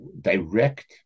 direct